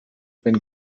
been